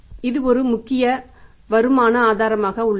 இது ஒரு முக்கிய வருமான ஆதாரமாக உள்ளது